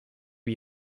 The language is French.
lui